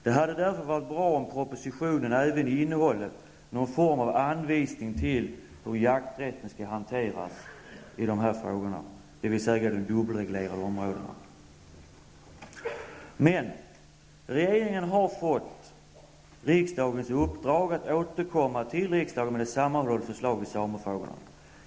Det hade därför varit bra om propositionen även innehållit någon form av anvisning till hur jakträtten skall hanteras i de dubbelreglerade områdena. Men regeringen har fått riksdagens uppdrag att återkomma till riksdagen med ett sammanhållet förslag i samefrågorna.